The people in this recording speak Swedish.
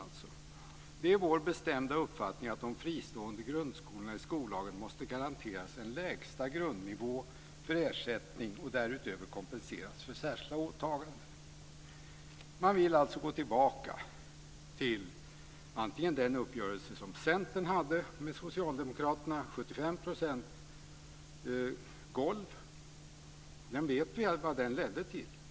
Vidare säger man: "Det är vår bestämda uppfattning att de fristående grundskolorna i skollagen måste garanteras en lägsta grundnivå för ersättning och därutöver kompenseras för särskilda åtaganden." Man vill alltså gå tillbaka exempelvis till den uppgörelse som Centern hade med Socialdemokraterna - 75 % golv - vi vet ju vad den ledde till.